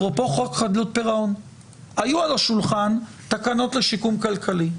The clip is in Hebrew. אפרופו חוק חדלות פירעון היו על השולחן תקנות לשיקום כלכלי.